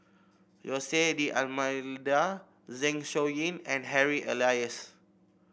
Jose D'Almeida Zeng Shouyin and Harry Elias